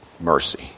Mercy